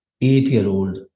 eight-year-old